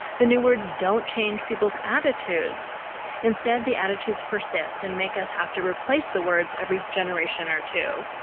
the new words don't change people's attitudes instead, the attitudes persist and make us have to replace the words every generation or two.